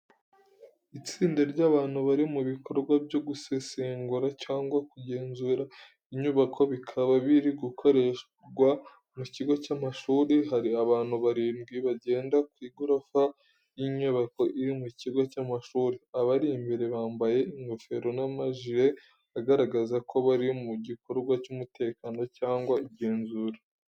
Itsinda ry’abantu bari mu bikorwa byo gusesengura cyangwa kugenzura inyubako, bikaba biri gukorerwa mu kigo cy’amashuri. Hari abantu barindwi bagenda ku igorofa y’inyubako iri mu kigo cy’amashuri. Abari imbere bambaye ingofero n’amajire agaragaza ko bari mu gikorwa cy’umutekano cyangwa igenzura.